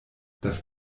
das